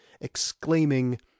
exclaiming